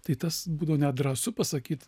tai tas būdavo net drąsu pasakyt